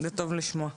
טוב לשמוע.